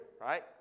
right